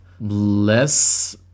less